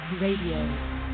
Radio